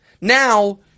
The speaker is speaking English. Now